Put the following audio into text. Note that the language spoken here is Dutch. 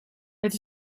het